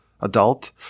adult